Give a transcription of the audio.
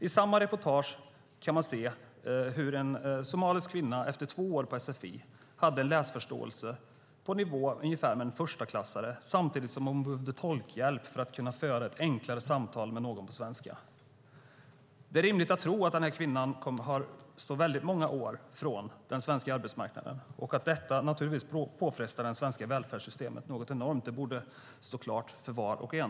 I samma reportage kunde man se hur en somalisk kvinna efter två år i sfi hade en läsförståelse på ungefär samma nivå som en förstaklassare samtidigt som hon behövde tolkhjälp för att kunna föra ett enklare samtal på svenska. Det är rimligt att tro att den kvinnan står många år från den svenska arbetsmarknaden, och det påfrestar naturligtvis det svenska välfärdssystemet alldeles enormt. Det borde stå klart för var och en.